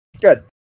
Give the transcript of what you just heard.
Good